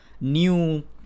new